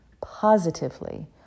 positively